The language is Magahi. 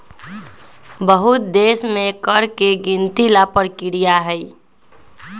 बहुत देश में कर के गिनती ला परकिरिया हई